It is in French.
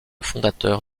fondateur